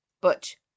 Butch